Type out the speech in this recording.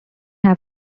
have